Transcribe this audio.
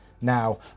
Now